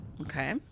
Okay